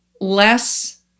less